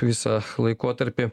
visą laikotarpį